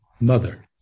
mother